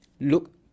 look